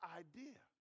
idea